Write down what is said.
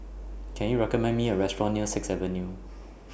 Can YOU recommend Me A Restaurant near Sixth Avenue